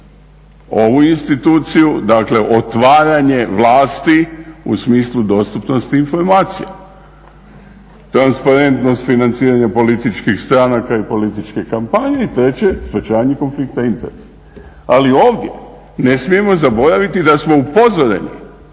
ovu instituciju, dakle otvaranje vlasti u smislu dostupnosti informacija. Transparentnost financiranja političkih stranaka i političke kampanje i treće sprječavanje konflikata interesa. Ali ovdje ne smijemo zaboraviti da smo upozoreni